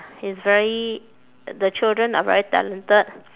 it's very the children are very talented